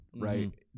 Right